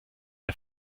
der